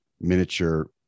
miniature